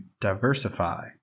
diversify